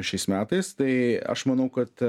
šiais metais tai aš manau kad